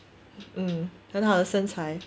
mm 很好的身材